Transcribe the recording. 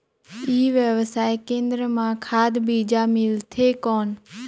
ई व्यवसाय केंद्र मां खाद बीजा मिलथे कौन?